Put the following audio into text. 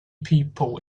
people